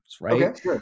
right